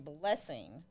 blessing